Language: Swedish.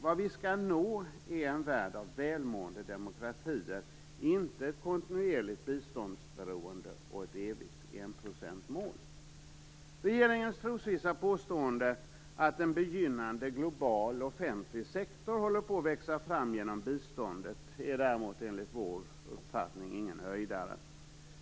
Vad vi skall nå är en värld av välmående demokratier, inte ett kontinuerligt biståndsberoende och ett evigt enprocentsmål. Regeringens trosvissa påstående att "en begynnande global offentligt sektor" håller på att växa fram genom biståndet är däremot enligt vår uppfattning ingen höjdare.